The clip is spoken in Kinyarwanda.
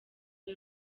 rwe